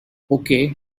okay